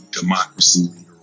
democracy